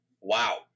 wow